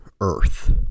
Earth